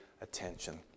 attention